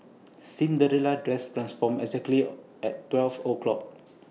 Cinderella's dress transformed exactly at twelve o'clock